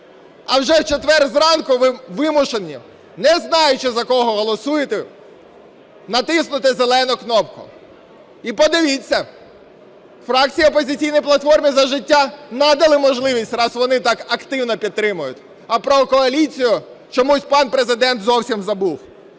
а вже в четвер зранку ви вимушені, не знаючи за кого голосуєте, натиснути зелену кнопку? І подивіться, фракції "Опозиційної платформи - За життя" надали можливість, раз вони так активно підтримують, а про коаліцію чомусь пан Президент зовсім забув.